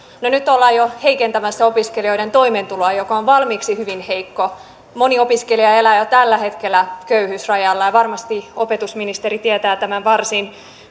nyt ollaan jo heikentämässä opiskelijoiden toimeentuloa joka on valmiiksi hyvin heikko moni opiskelija elää jo tällä hetkellä köyhyysrajalla ja varmasti opetusministeri tietää tämän varsin